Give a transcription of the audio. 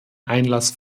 einlass